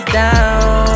down